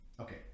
Okay